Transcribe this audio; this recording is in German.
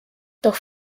doch